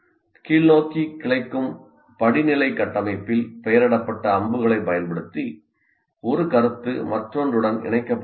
கீழ்நோக்கி கிளைக்கும் படிநிலை கட்டமைப்பில் பெயரிடப்பட்ட அம்புகளைப் பயன்படுத்தி ஒரு கருத்து மற்றொன்றுடன் இணைக்கப்பட்டுள்ளது